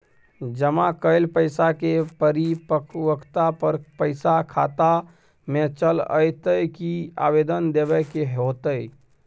जमा कैल पैसा के परिपक्वता पर पैसा खाता में चल अयतै की आवेदन देबे के होतै?